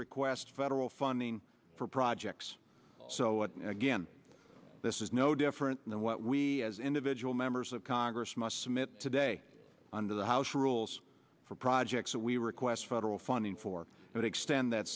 request federal funding for projects so again this is no different than what we as individual members of congress must submit today under the house rules for projects that we request federal funding for but extend that